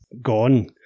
gone